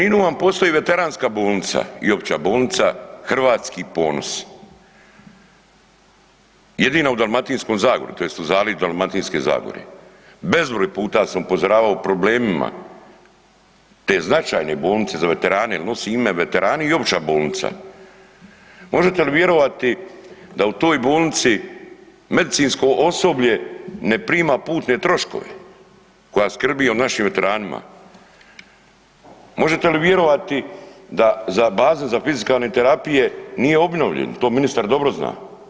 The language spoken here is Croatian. U Kninu vam postoji Veteranska bolnica i Opća bolnica Hrvatski ponos, jedina u Dalmatinskoj zagori tj. u zaleđu Dalmatinske zagore, bezbroj puta sam upozoravao o problemima te značajne bolnice za veterane jer nosi ime Veterani i opća bolnica, možete li vjerovati da u toj bolnici medicinsko osoblje ne prima putne troškove koje skrbi o našim veteranima, možete li vjerovati da bazen za fizikalne terapije nije obnovljen, to ministar dobro zna.